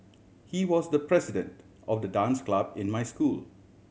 he was the president of the dance club in my school